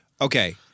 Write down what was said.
Okay